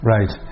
Right